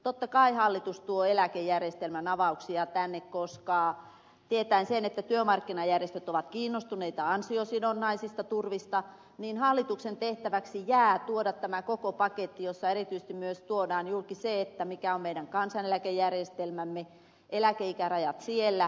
totta kai hallitus tuo eläkejärjestelmän avauksia tänne tietäen sen että työmarkkinajärjestöt ovat kiinnostuneita ansiosidonnaisista turvista jolloin hallituksen tehtäväksi jää tuoda tämä koko paketti jossa erityisesti myös tuodaan julki se mikä on meidän kansaneläkejärjestelmämme mitkä ovat eläkeikärajat siellä